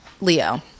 Leo